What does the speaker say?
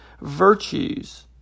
virtues